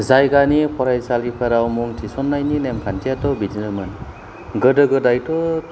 जायगानि फरायसालिफोराव मुं थिसननायनि नेमखान्थिया बिदिनोमोन गोदो गोदाय